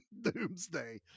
Doomsday